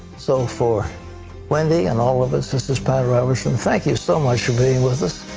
so for wendy and all of us, this is pat robertson. thank you so much for being with us.